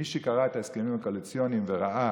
מי שקרא את ההסכמים הקואליציוניים וראה